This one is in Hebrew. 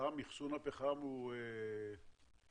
אחסון פחם לא בעייתי?